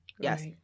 Yes